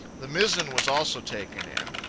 the mizzen was also taken in.